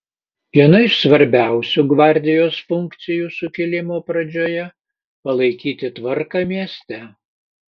viena iš svarbiausių gvardijos funkcijų sukilimo pradžioje palaikyti tvarką mieste